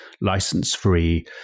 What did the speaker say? license-free